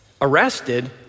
arrested